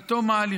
עד תום ההליכים